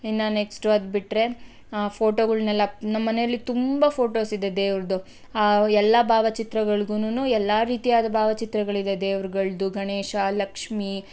ಇನ್ನು ನೆಕ್ಸ್ಟು ಅದು ಬಿಟ್ಟರೆ ಫೋಟೋಗಳ್ನೆಲ್ಲ ನಮ್ಮನೇಲಿ ತುಂಬ ಫೋಟೋಸ್ ಇದೆ ದೇವ್ರದ್ದು ಎಲ್ಲ ಭಾವಚಿತ್ರಗಳ್ಗುನು ಎಲ್ಲ ರೀತಿಯಾದ ಭಾವಚಿತ್ರಗಳಿದೆ ದೇವರ್ಗಳ್ದು ಗಣೇಶ ಲಕ್ಷ್ಮೀ